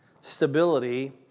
stability